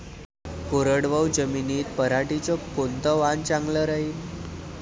कोरडवाहू जमीनीत पऱ्हाटीचं कोनतं वान चांगलं रायीन?